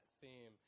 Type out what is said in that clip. theme